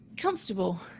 comfortable